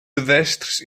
pedestres